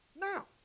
Now